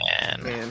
Man